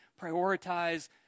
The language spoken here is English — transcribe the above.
Prioritize